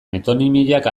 metonimiak